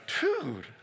dude